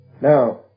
Now